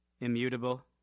Immutable